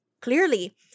clearly